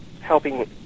helping